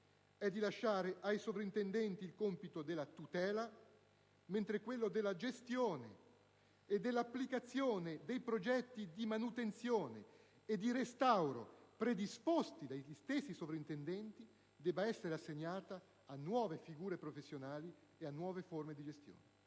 di lasciare ai soprintendenti il compito della tutela, mentre quello della gestione e dell'applicazione dei progetti di manutenzione e di restauro, predisposti dagli stessi soprintendenti, debba essere assegnato a nuove figure professionali e secondo nuove forme di gestione.